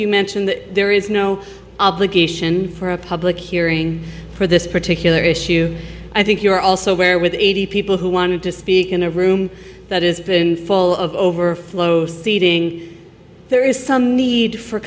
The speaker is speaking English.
you mentioned that there is no obligation for a public hearing for this particular issue i think you are also aware with eighty people who wanted to speak in a room that is full of overflow seating there is some need for